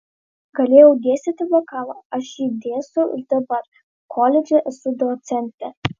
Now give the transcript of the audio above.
galėjau dėstyti vokalą aš jį dėstau ir dabar koledže esu docentė